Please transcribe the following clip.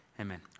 amen